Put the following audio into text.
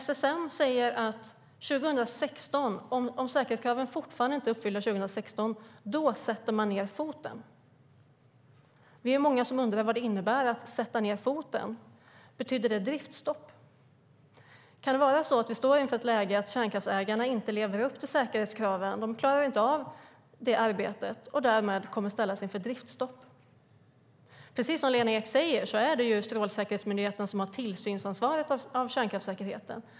SSM säger att om säkerhetskraven ännu inte är uppfyllda år 2016 sätter man ned foten. Vi är många som undrar vad det innebär att "sätta ned foten". Betyder det driftstopp? Kan det vara så att vi står inför ett läge där kärnkraftsägarna inte lever upp till säkerhetskraven och därmed kommer att ställas inför driftstopp? Precis som Lena Ek säger är det ju Strålsäkerhetsmyndigheten som har tillsynsansvaret när det gäller kärnkraftssäkerheten.